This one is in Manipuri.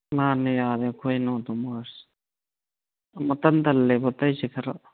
ꯃꯥꯅꯦ ꯌꯥꯔꯦ ꯑꯩꯈꯣꯏꯅ ꯑꯗꯨꯝ ꯑꯣꯏꯔꯁꯤ ꯃꯇꯟ ꯇꯟꯂꯦꯕ ꯑꯇꯩꯁꯦ ꯈꯔ